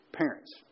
parents